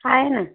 आहे ना